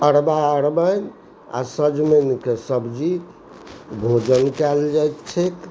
अरबा अरबाइन आओर सजमनिके सब्जी भोजन कएल जाइत छै